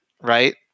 right